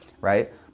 right